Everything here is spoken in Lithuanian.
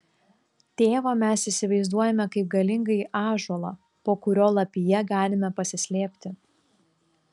tėvą mes įsivaizduojame kaip galingąjį ąžuolą po kurio lapija galime pasislėpti